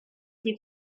die